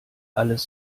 alles